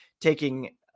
taking